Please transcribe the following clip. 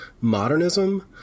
modernism